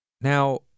Now